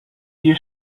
you